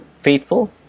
faithful